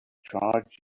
charge